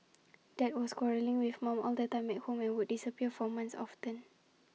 dad was quarrelling with mum all the time at home and would disappear for months often